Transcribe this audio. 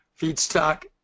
feedstock